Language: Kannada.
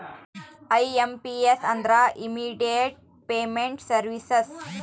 ಐ.ಎಂ.ಪಿ.ಎಸ್ ಅಂದ್ರ ಇಮ್ಮಿಡಿಯೇಟ್ ಪೇಮೆಂಟ್ ಸರ್ವೀಸಸ್